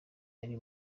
yari